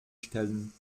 stellen